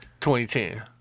2010